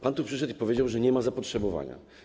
Pan tu przyszedł i powiedział, że nie ma zapotrzebowania.